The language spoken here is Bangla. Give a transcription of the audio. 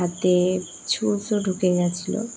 হাতে ছুঁচ ও ঢুকে গেছিলো